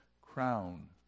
crown